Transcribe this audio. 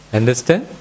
understand